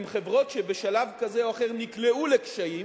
הן חברות שבשלב כזה או אחר נקלעו לקשיים,